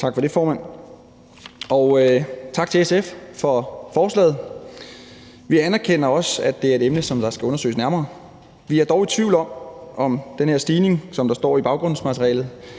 Tak for det, formand. Og tak til SF for forslaget. Vi anerkender også, at det er et emne, som skal undersøges nærmere. Vi er dog i tvivl om, om den her stigning i antallet